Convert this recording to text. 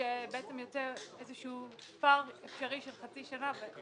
כשיוצא איזשהו פער אפשרי של חצי שנה.